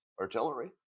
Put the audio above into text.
artillery